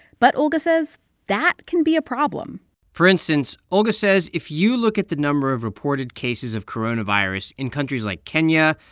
but olga says that can be a problem for instance, olga olga says if you look at the number of reported cases of coronavirus in countries like kenya,